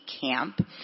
camp